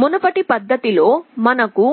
మునుపటి పద్ధతిలో మనకు